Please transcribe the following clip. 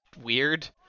weird